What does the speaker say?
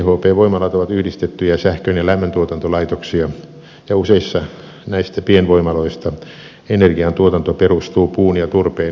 chp voimalat ovat yhdistettyjä sähkön ja lämmön tuotantolaitoksia ja useissa näistä pienvoimaloista energiantuotanto perustuu puun ja turpeen yhteiskäytölle